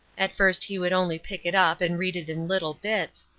at first he would only pick it up and read it in little bits,